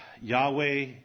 Yahweh